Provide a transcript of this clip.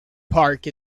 park